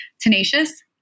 tenacious